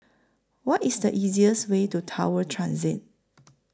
What IS The easiest Way to Tower Transit